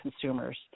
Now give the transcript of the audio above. consumers